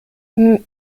venture